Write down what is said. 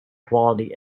quality